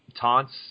taunts